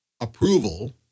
approval